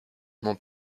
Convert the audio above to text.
mon